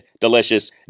delicious